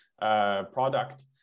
product